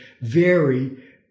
vary